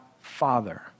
father